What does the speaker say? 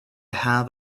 have